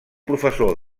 professor